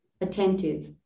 attentive